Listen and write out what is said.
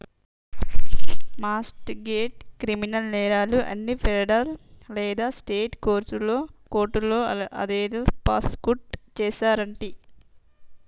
mart గెజ్, criminal నేరాలు అన్ని ఫెడరల్ లేదా స్టేట్ కోర్టులో అదేదో ప్రాసుకుట్ చేస్తారంటి